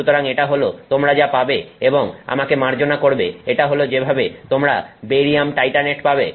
সুতরাং এটা হল তোমরা যা পাবে এবং আমাকে মার্জনা করবে এটা হল যেভাবে তোমরা বেরিয়াম টাইটানেট পাবে